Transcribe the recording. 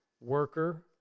worker